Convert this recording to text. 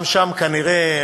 גם שם כנראה,